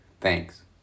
Thanks